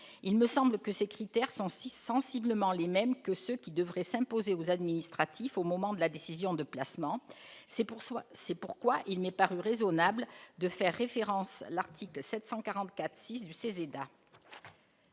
Il me semble que ces critères sont sensiblement les mêmes que ceux qui devraient s'imposer aux services administratifs au moment de la décision de placement. C'est pourquoi il m'a semblé raisonnable de faire référence à l'article susmentionné.